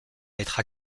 être